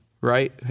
right